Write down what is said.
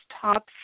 top